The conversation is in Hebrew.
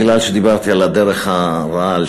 מכיוון שדיברתי על הדרך הרעה,